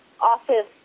office